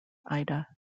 ida